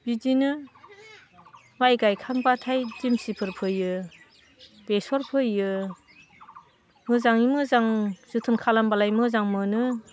बिदिनो माइ गायखांबाथाय देमसिफोर फोयो बेसर फोयो मोजाङै मोजां जोथोन खालामबालाय मोजां मोनो